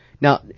Now